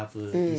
um